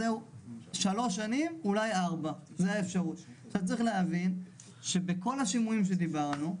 וזה מדיניות אחת שרצינו.